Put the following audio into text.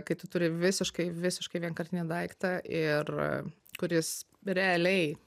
kai tu turi visiškai visiškai vienkartinį daiktą ir kuris realiai